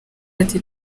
ati